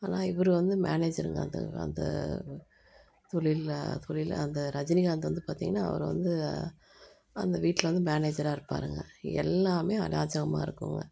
ஆனால் இவர் வந்து மேனேஜருங்க அந்த அந்த தொழிலில் தொழிலில் அந்த ரஜினிகாந்த் வந்து பார்த்தீங்கன்னா அவர் வந்து அந்த வீட்டில் வந்து மேனேஜராக இருப்பாருங்க எல்லாமே அராஜகமாக இருக்குங்க